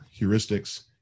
heuristics